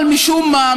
אבל משום מה,